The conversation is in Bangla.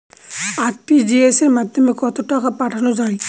আর.টি.জি.এস এর মাধ্যমে কত টাকা পাঠানো যায়?